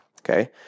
okay